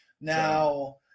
Now